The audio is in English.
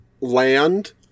land